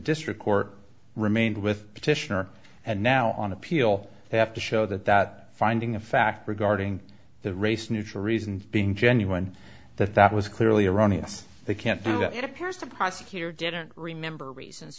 district court remained with petitioner and now on appeal they have to show that that finding of fact regarding the race neutral reason being genuine that that was clearly erroneous they can't do that it appears the prosecutor didn't remember reasons